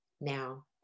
Now